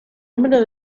número